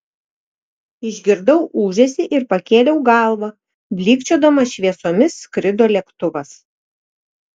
išgirdau ūžesį ir pakėliau galvą blykčiodamas šviesomis skrido lėktuvas